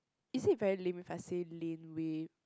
is it very lame if I say Laneway